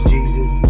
Jesus